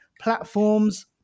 platforms